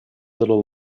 little